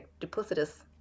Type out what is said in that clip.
duplicitous